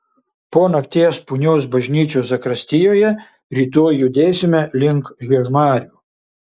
po nakties punios bažnyčios zakristijoje rytoj judėsime link žiežmarių